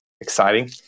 exciting